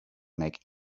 make